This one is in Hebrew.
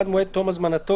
(היו"ר תהלה פרידמן,